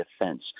defense